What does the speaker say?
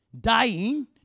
dying